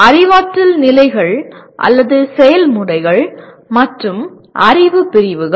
அறிவாற்றல் நிலைகள் அல்லது செயல்முறைகள் மற்றும் அறிவு பிரிவுகள்